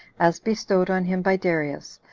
as bestowed on him by darius,